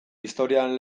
historian